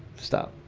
stop